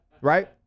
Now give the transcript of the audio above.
right